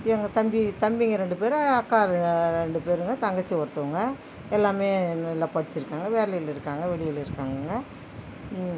எங்கள் தம்பி தம்பிங்க ரெண்டு பேர் அக்கா ரெண்டு பேருங்க தங்கச்சி ஒருத்தங்க எல்லாமே நல்ல படித்திருக்காங்க வேலையில்ருக்காங்க வெளியில்ருக்காங்கங்க